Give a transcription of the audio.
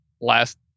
last